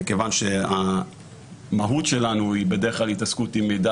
מכיוון שהמהות שלנו היא בדרך כלל התעסקות עם מידע